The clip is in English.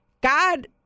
God